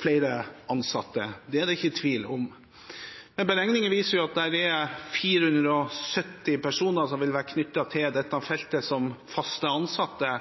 flere ansatte, det er det ikke tvil om. Beregninger viser at 470 personer vil være knyttet til dette feltet som fast ansatte